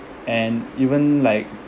and even like